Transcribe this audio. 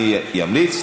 אני אמליץ.